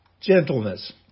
gentleness